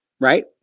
Right